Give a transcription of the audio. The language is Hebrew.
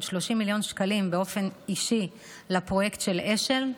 30 מיליון שקלים באופן אישי לפרויקט של אשל,